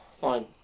fine